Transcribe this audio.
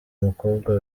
umukobwa